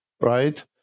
right